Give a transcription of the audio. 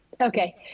Okay